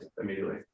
immediately